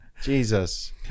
Jesus